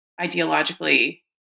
ideologically